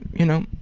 you know,